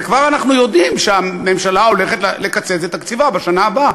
ואנחנו כבר יודעים שהממשלה הולכת לקצץ את תקציבה בשנה הבאה.